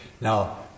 Now